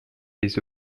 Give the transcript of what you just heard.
les